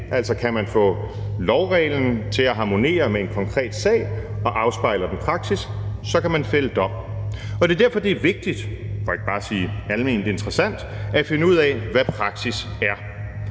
altså kan man få lovreglen til at harmonere med en konkret sag, og afspejler den praksis, så kan man fælde dom. Og det er derfor, at det er vigtigt, for ikke at sige bare alment interessant, at finde ud af, hvad praksis er.